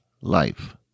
life